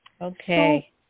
Okay